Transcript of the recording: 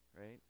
right